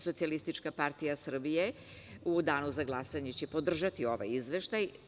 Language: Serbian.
Socijalistička partija Srbije u danu za glasanje će podržati ovaj izveštaj.